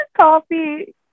coffee